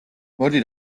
მოდი